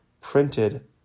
printed